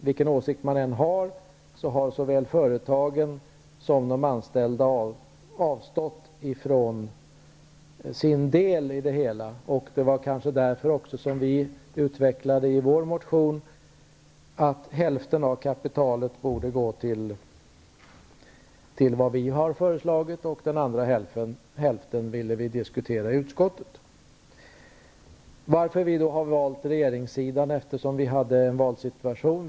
Vilken åsikt man än har är det så att såväl företagen som de anställda har avstått från sin del i det hela. Det var därför som vi i vår motion utvecklade att hälften av kapitalet borde gå till vad vi har föreslagit och den andra hälften till något vi ville diskutera i utskottet. Vi hade en valsituation. Varför valde vi regeringssidan?